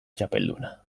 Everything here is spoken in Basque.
txapelduna